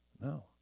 No